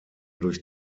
durch